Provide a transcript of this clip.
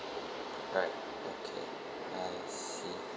right okay I see